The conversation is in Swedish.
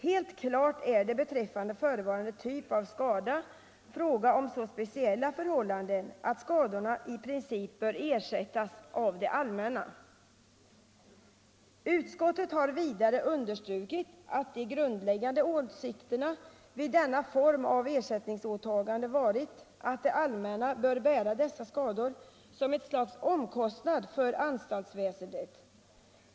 Helt klart är det beträffande förevarande typ av skada fråga om så speciella förhållanden att skadorna i princip bör ersättas av det allmänna. Utskottet har vidare understrukit att de grundläggande åsikterna vid denna form av ersättningsåtagande varit att det allmänna bör bära dessa skador som ett slags omkostnad för anstaltsväsendet.